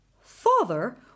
Father